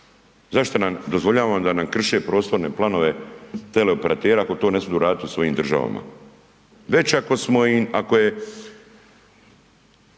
zašto nam dozvoljavamo da nam krše prostorne planove tele operateri ako to ne smiju radit u svojim državama. Već ako smo